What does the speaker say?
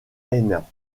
hainan